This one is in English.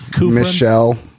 Michelle